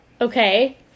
okay